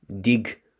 dig